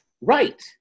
Right